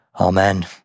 Amen